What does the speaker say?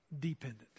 dependent